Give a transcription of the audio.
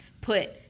put